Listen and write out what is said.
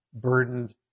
burdened